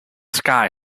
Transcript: sky